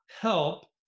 help